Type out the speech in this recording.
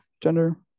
gender